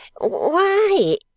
Why